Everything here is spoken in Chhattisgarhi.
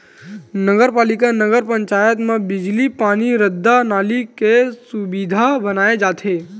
नगर पालिका, नगर पंचायत म बिजली, पानी, रद्दा, नाली के सुबिधा बनाए जाथे